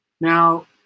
Now